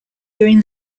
during